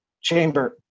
chamber